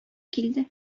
килде